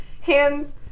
Hands